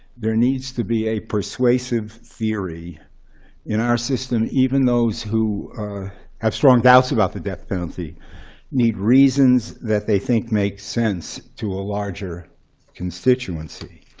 there needs to be a persuasive theory in our system. even those who have strong doubts about the death penalty need reasons that they think makes sense to a larger constituency.